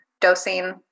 dosing